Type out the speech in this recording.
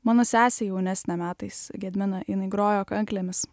mano sesė jaunesnė metais gedmina jinai grojo kanklėmis